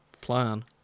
plan